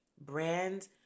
Brand